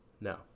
no